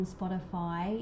Spotify